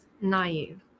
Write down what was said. Naive